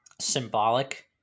symbolic